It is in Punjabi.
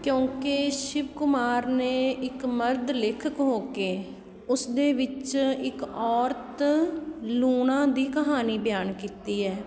ਕਿਉਂਕਿ ਸ਼ਿਵ ਕੁਮਾਰ ਨੇ ਇੱਕ ਮਰਦ ਲੇਖਕ ਹੋ ਕੇ ਉਸਦੇ ਵਿੱਚ ਇੱਕ ਔਰਤ ਲੂਣਾ ਦੀ ਕਹਾਣੀ ਬਿਆਨ ਕੀਤੀ ਹੈ